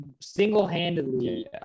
single-handedly